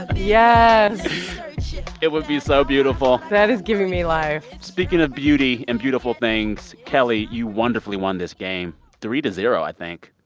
yeah it would be so beautiful that is giving me life speaking of beauty and beautiful things, kelly, you wonderfully won this game three zero, i think.